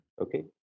Okay